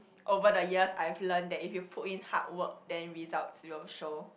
over the yes I have learnt that if you put in hardwork then results will show